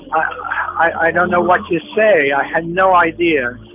i don't know what to say. i had no idea.